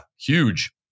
huge